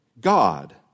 God